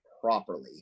properly